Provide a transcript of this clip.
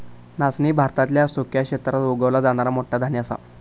नाचणी भारतातल्या सुक्या क्षेत्रात उगवला जाणारा मोठा धान्य असा